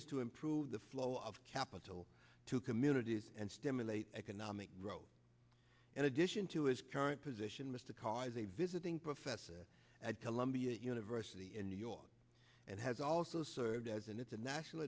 is to improve the flow of capital to communities and stimulate economic growth in addition to its current position was to cause a visiting professor at columbia university in new york and has also served as an it's a national